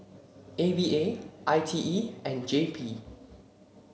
A V A I T E and J P